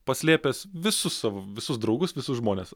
paslėpęs visus savo visus draugus visus žmones